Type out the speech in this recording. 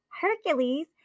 Hercules